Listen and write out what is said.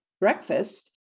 breakfast